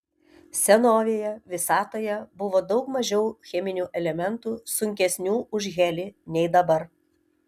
senovėje visatoje buvo daug mažiau cheminių elementų sunkesnių už helį nei dabar